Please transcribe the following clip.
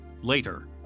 later